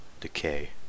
decay